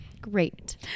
Great